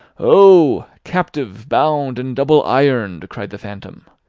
oh! captive, bound, and double-ironed, cried the phantom,